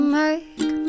make